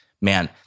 man